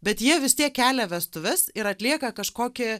bet jie vis tiek kelia vestuves ir atlieka kažkokį